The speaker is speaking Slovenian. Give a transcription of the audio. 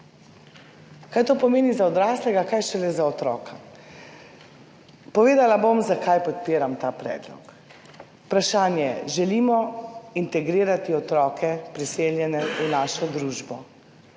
Kaj to pomeni za odraslega, kaj šele za otroka. Povedala bom, zakaj podpiram ta predlog. Vprašanje: »Želimo integrirati otroke priseljene v našo družbo?«